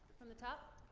from the top?